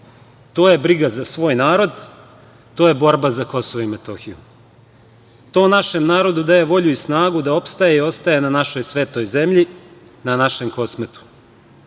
To je briga za svoj narod, to je borba za KiM. To našem narodu daje volju i snagu da opstaje i ostaje na našoj svetoj zemlji, na našem